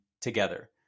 together